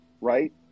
right